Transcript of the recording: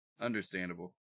Understandable